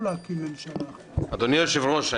אדוני היושב-ראש,